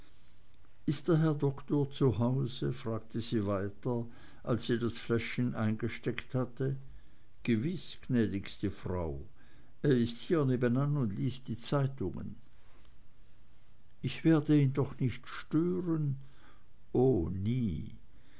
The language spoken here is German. ist der herr doktor zu hause fragte sie weiter als sie das fläschchen eingesteckt hatte gewiß gnädige frau er ist hier nebenan und liest die zeitungen ich werde ihn doch nicht stören oh nie